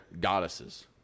goddesses